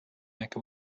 make